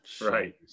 right